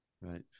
right